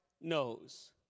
knows